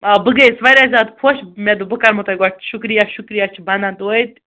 آ بہٕ گٔیَس واریاہ زیادٕ خۄش مےٚ دوٚپ بہٕ کَرمو تۄہہِ گۄڈٕ شُکریہ شُکریہ چھُ بَنان توتہِ